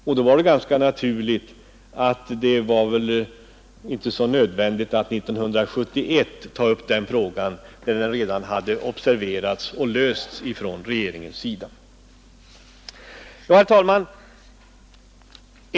Det var då naturligtvis inte så nödvändigt att 1971 ta upp frågan, när den redan hade observerats av regeringen. Herr talman!